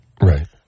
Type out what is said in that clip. Right